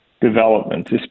development